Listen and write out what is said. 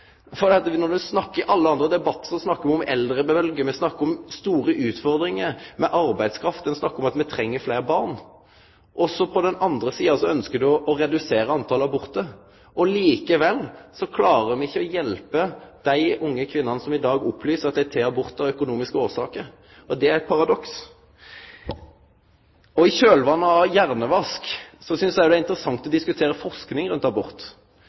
I alle andre debattar snakkar me om eldrebølgje, me snakkar om store utfordringar med arbeidskraft, me snakkar om at me treng fleire barn. Så, på den andre sida, ønskjer ein å redusere talet på abortar. Likevel klarer ein ikkje å hjelpe dei unge kvinnene som i dag opplyser at dei tek abort av økonomiske årsaker. Det er eit paradoks. I kjølvatnet av «Hjernevask» synest eg òg det er interessant å diskutere forsking rundt abort.